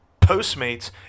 Postmates